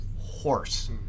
horse